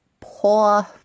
poor